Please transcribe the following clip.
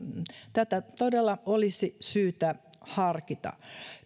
tätä todella olisi syytä harkita